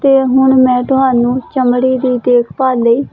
ਅਤੇ ਹੁਣ ਮੈਂ ਤੁਹਾਨੂੰ ਚਮੜੀ ਦੀ ਦੇਖਭਾਲ ਲਈ